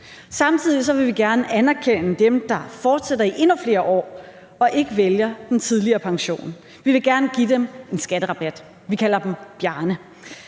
Samtidig vil vi gerne anerkende dem, der fortsætter i endnu flere år og ikke vælger den tidligere pension. Vi vil gerne give dem en skatterabat, og vi kalder dem Bjarne.